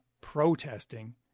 protesting